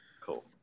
cool